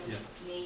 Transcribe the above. Yes